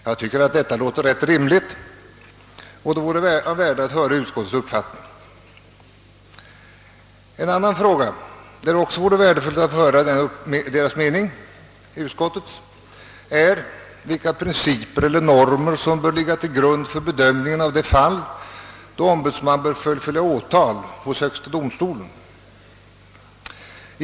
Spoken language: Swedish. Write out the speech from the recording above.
Jag tycker att detta låter ganska rimligt, och det vore av värde att höra utskottets uppfattning. Det vore också värdefullt att få höra utskottets mening i en annan fråga sonr gäller vilka principer eller normer det är som bör ligga till grund för bedömningen av de fall, då ombudsman bör fullfölja åtal hos högsta domstolen.